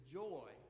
joy